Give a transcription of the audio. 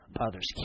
others